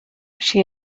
she